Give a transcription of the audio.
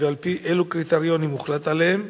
ועל-פי אילו קריטריונים הוחלט עליהם?